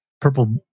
Purple